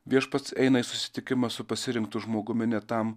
viešpats eina į susitikimą su pasirinktu žmogumi ne tam